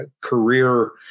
career